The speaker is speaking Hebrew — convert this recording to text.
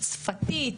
שפתית,